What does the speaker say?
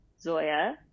Zoya